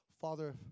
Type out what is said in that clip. Father